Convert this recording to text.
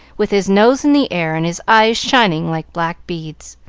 with his nose in the air and his eyes shining like black beads.